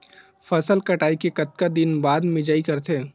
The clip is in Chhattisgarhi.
फसल कटाई के कतका दिन बाद मिजाई करथे?